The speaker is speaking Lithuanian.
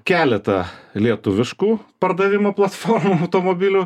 keletą lietuviškų pardavimo platformų automobilių